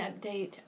update